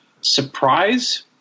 surprise